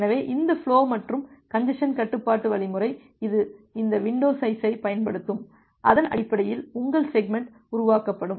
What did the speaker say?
எனவே இந்த ஃபுலோ மற்றும் கஞ்ஜசன் கட்டுப்பாட்டு வழிமுறை இது இந்த வின்டோ சைஸைப் பயன்படுத்தும் அதன் அடிப்படையில் உங்கள் செக்மெண்ட் உருவாக்கப்படும்